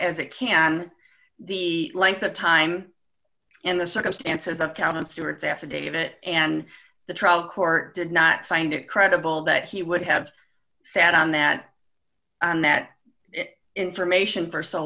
as it can the length of time and the circumstances account and stewart's affidavit and the trial court did not find it credible that he would have sat on that on that information for so